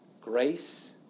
grace